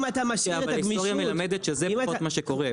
אם אתה משאיר את הגמישות -- כן אבל ההיסטוריה מלמדת שזה לא מה שקורה.